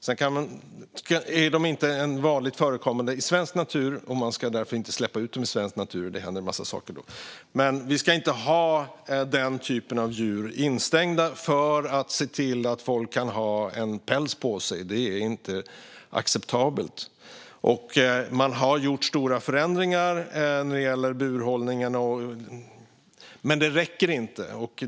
Sedan är minkar inte vanligt förekommande i svensk natur, och vi ska därför inte släppa ut dem i svensk natur; då händer det en massa saker. Men vi ska inte ha den typen av djur instängda för att folk ska kunna ha en päls på sig. Det är inte acceptabelt. Man har gjort stora förändringar när det gäller burhållningen, men det räcker inte.